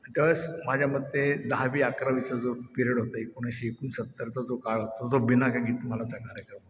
त्यावेळेस माझ्या मते दहावी अकरावीचा जो पिरियड होता एकोणीसशे एकोणसत्तरचा जो काळ होतो तो बिनाका गीतमालाचा कार्यक्रम